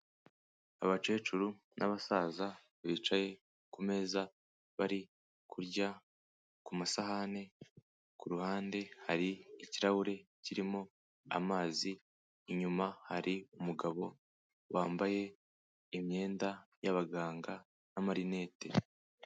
Abakecuru n'abasaza bicaye ku meza bari kurya ku masahani, ku ruhande hari ikirahure kirimo amazi, inyuma hari umugabo wambaye imyenda y'abaganga n'amarinete.